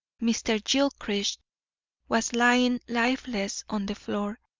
mr. gilchrist was lying lifeless on the floor,